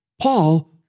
Paul